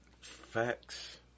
Facts